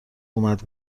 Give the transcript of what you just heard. اومد